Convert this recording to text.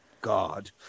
God